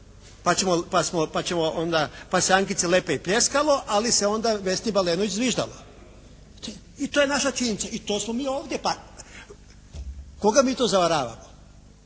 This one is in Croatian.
pa ćemo onda, pa se Ankici Lepaj pljeskalo, ali se onda Vesni …/Govornik se ne razumije./… zviždalo i to je naša činjenica, i to smo mi ovdje. Pa koga mi to zavaravamo?